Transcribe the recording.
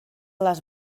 les